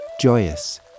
joyous